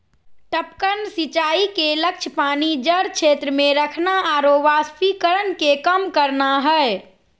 टपकन सिंचाई के लक्ष्य पानी जड़ क्षेत्र में रखना आरो वाष्पीकरण के कम करना हइ